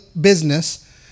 business